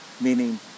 meaning